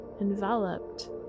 enveloped